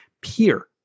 peer